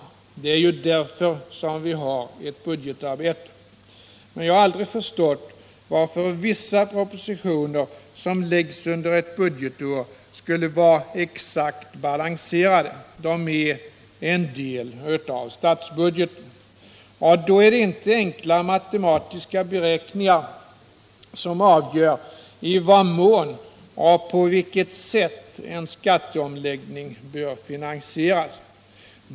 Det är ju därför vi har ett budgetarbete. Jag har aldrig förstått varför vissa propositioner som läggs under ett budgetår skall vara exakt balanserade. De är ju en del av statsbudgeten, och då är det inte enkla matematiska beräkningar som avgör i vad mån och på vilket sätt en skatteomläggning bör finansieras.